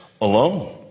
alone